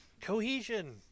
Cohesion